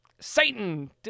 Satan